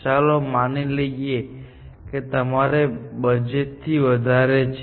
ચાલો માની લઈએ કે તે તમારા બજેટ થી વધારે છે